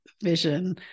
vision